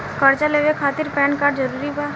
कर्जा लेवे खातिर पैन कार्ड जरूरी बा?